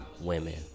women